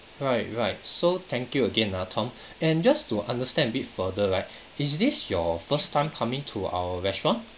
right right so thank you again ah tom and just to understand a bit further right is this your first time coming to our restaurant